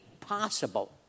possible